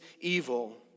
evil